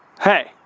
Hey